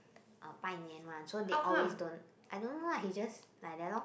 拜年 one so they always don't I don't know lah he just like that lor